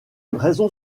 raison